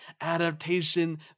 adaptation